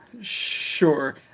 Sure